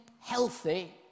healthy